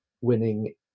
winning